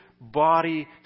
body